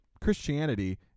Christianity